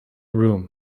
room